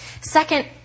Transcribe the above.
Second